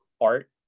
art